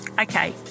Okay